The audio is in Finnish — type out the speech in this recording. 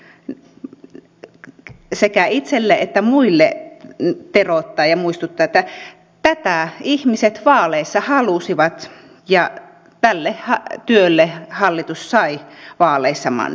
tätä haluan sekä itselle että muille teroittaa ja muistuttaa että tätä ihmiset vaaleissa halusivat ja tälle työlle hallitus sai vaaleissa mandaatin